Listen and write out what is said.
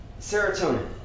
Serotonin